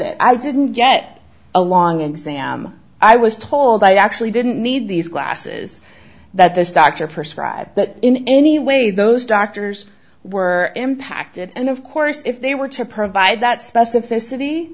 it i didn't get a long exam i was told i actually didn't need these glasses that this doctor prescribe that in any way those doctors were impacted and of course if they were to provide that